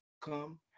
come